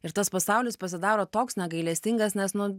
ir tas pasaulis pasidaro toks negailestingas nes nu